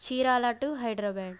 Chirala to Hyderabad